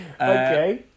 Okay